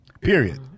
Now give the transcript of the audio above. Period